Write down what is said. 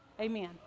Amen